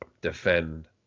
defend